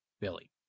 Billy